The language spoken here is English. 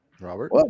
Robert